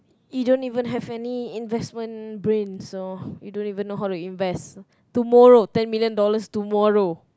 you don't even have any investment brain so you don't even know how to invest tomorrow ten million dollars tomorrow